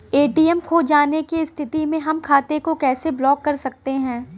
ATM खो जाने की स्थिति में हम खाते को कैसे ब्लॉक कर सकते हैं?